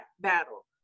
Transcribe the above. battle